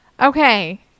Okay